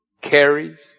carries